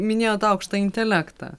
minėjot aukštą intelektą